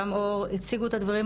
גם אור הציגו את הדברים,